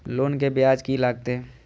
Loan के ब्याज की लागते?